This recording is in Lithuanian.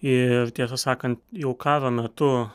ir tiesą sakant jau karo metu